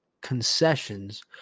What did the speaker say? concessions